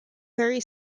very